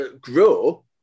grow